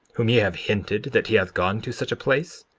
whom ye have hinted that he hath gone to such a place?